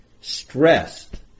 stressed